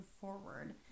forward